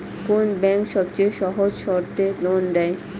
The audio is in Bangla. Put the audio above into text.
কোন ব্যাংক সবচেয়ে সহজ শর্তে লোন দেয়?